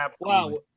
Wow